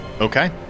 Okay